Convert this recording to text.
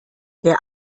der